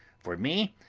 for me,